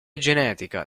genetica